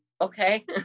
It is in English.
okay